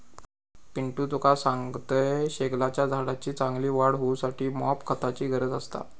पिंटू तुका सांगतंय, शेगलाच्या झाडाची चांगली वाढ होऊसाठी मॉप खताची गरज असता